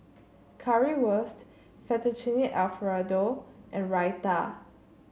Currywurst Fettuccine Alfredo and Raita